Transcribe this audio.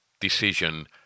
decision